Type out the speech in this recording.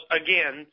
again